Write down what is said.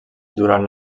durant